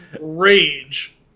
Rage